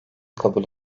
kabul